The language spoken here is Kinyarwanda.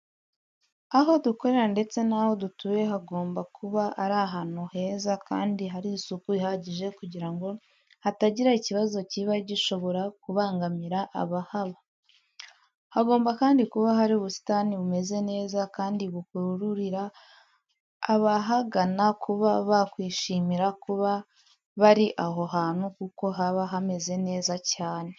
Aho dukorera ndetse naho dutuye hagomba kuba ari ahantu heza kandi hari isuku ihagije kugira ngo hatagira ikibazo kiba gishobora kubangamira abahaba. Hagomba kandi kuba hari ubusitani bumeze neza kandi bukururira abahagana kuba bakwishimira kuba bari aho hantu kuko haba hameze neza cyane.